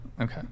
okay